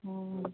हूँ